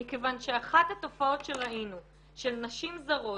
מכיוון שאחת התופעות שראינו של נשים זרות